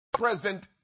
Present